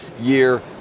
year